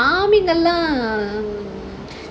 ah farming ya lah